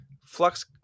Flux